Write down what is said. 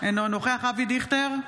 אינו נוכח אבי דיכטר,